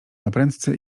naprędce